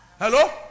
Hello